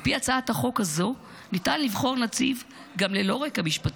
על פי הצעת החוק הזו ניתן לבחור נציב גם ללא רקע משפטי.